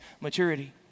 maturity